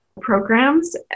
programs